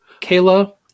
Kayla